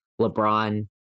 LeBron